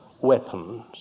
weapons